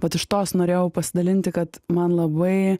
vat iš tos norėjau pasidalinti kad man labai